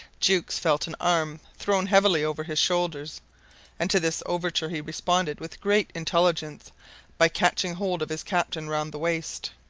jukes felt an arm thrown heavily over his shoulders and to this overture he responded with great intelligence by catching hold of his captain round the waist.